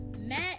matt